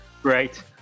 Great